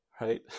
right